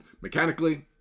Mechanically